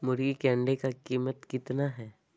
मुर्गी के अंडे का कीमत कितना है?